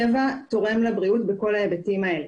טבע תורם לבריאות בכל ההיבטים האלה.